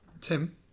Tim